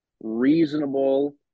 reasonable